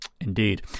Indeed